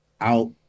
out